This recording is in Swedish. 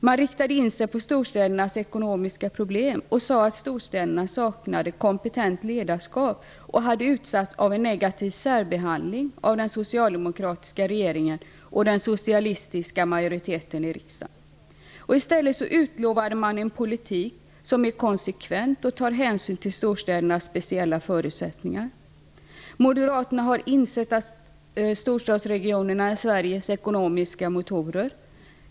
Man riktade in sig på storstädernas ekonomiska problem och sade att storstäderna saknade kompetent ledarskap. Storstäderna hade utsatts för en negativ särbehandling av den socialdemokratiska regeringen och den socialistiska majoriteten i riskdagen. I stället utlovade man en konsekvent politik som skulle ta hänsyn till storstädernas speciella förutsättningar. Moderaterna har insett att storstadsregionerna är Sveriges ekonomiska motorer.